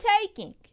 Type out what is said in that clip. taking